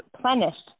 plenished